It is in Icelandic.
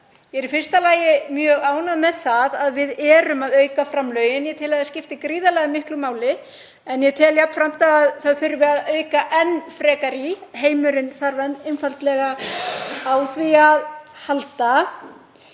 ég er í fyrsta lagi mjög ánægð með það að við erum að auka framlögin. Ég tel að það skipti gríðarlega miklu máli en ég tel jafnframt að það þurfi að auka enn frekar í, heimurinn þarf einfaldlega á því að halda.